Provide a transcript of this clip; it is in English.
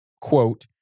quote